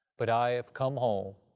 but i have come home,